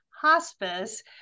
hospice